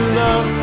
love